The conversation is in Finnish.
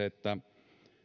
että